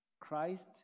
Christ